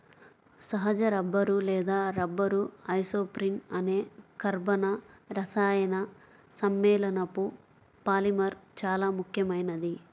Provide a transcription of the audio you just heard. సహజ రబ్బరు లేదా rubber isoprene అనే కర్బన రసాయన సమ్మేళనపు పాలిమర్ చాలా ముఖ్యమైనది